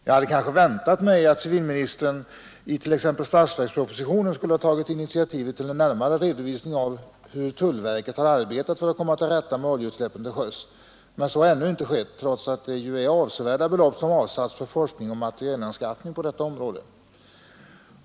Jag hade kanske väntat mig att civilministern i t.ex. statsverkspropositionen skulle ha tagit initiativet till en närmare redovisning av hur tullverket har arbetat för att komma till rätta med oljeutsläppen till sjöss. Men så har ännu icke skett, trots att det ju är avsevärda belopp som avsatts för forskning och materielanskaffning på detta område.